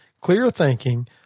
clear-thinking